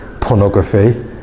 pornography